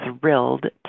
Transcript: thrilled